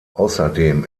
außerdem